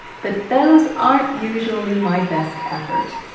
but those aren't usually my best effort.